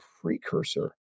precursor